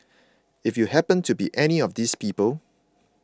if you happened to be any of these people